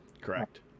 correct